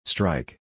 Strike